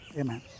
Amen